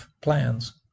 plans